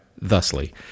thusly